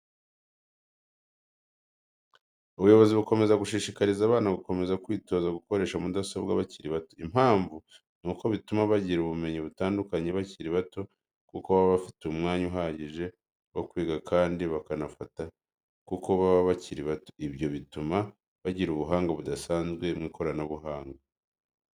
Ubuyobozi bukomeza gushishikariza abana gukomeza kwitoza gukoresha mudasobwa bakiri bato. Impamvu ni uko bituma bagira ubumenyi butandukanye bakiri bato kuko baba bafite umwanya uhagije wo kwiga kandi bakanafata kuko baba bakiri bato. Ibyo bituma bagira ubuhanga budasanzwe mu ikoranabuhanga.